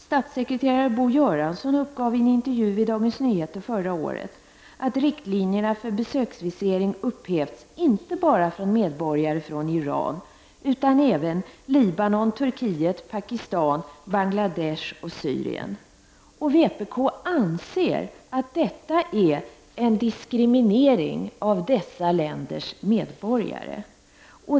Statssekreterare Bo Göransson uppgav i en intervju i Dagens Nyheter förra året att riktlinjerna för besöksvisering upphävts för medborgare inte bara från Iran utan även från Libanon, Turkiet, Pakistan, Bangladesh och Syrien. Vpk anser att detta är en diskriminering av dessa länders medborgare.